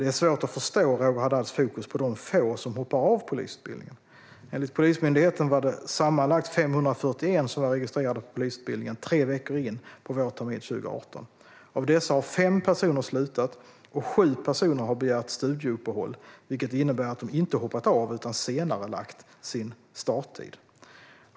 Det är svårt att förstå Roger Haddads fokus på de få som hoppar av polisutbildningen. Enligt Polismyndigheten var det sammanlagt 541 som var registrerade på polisutbildningen tre veckor in på vårterminen 2018. Av dessa har fem personer slutat och sju personer har begärt studieuppehåll, vilket innebär att de inte hoppat av utan senarelagt sin starttid.